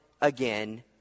again